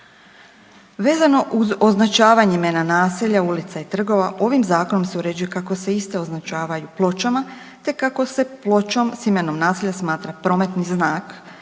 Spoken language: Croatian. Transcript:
Vezano uz označavanje imena naselja, ulica i trgova, ovim Zakonom se uređuje kako se iste označavaju pločama te kako se pločom s imenom naselja smatra prometni znak